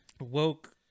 woke